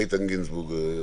איתן גינזבורג,